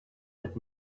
that